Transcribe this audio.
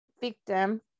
victim